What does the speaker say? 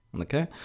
Okay